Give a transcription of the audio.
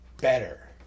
better